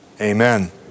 Amen